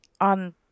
on